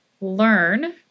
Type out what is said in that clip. learn